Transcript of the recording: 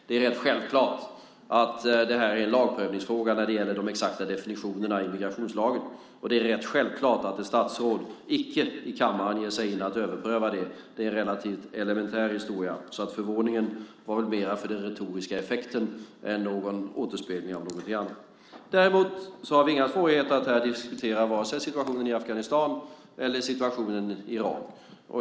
Det är rätt självklart att det här är en lagprövningsfråga när det gäller de exakta definitionerna i migrationslagen, och det är rätt självklart att ett statsråd icke i kammaren ger sig in i att överpröva det. Det är en relativt elementär historia. Så förvåningen var väl mer en retorisk effekt än någon återspegling av någonting annat. Däremot har vi inga svårigheter att här diskutera vare sig situationen i Afghanistan eller situationen i Irak.